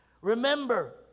Remember